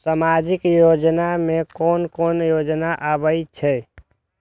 सामाजिक योजना में कोन कोन योजना आबै छै?